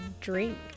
drink